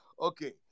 Okay